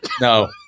No